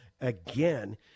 again